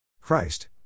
Christ